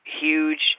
huge